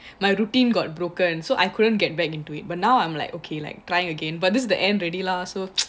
my routine got broken so I couldn't get back into it but now I'm like okay like trying again but this the end already lah so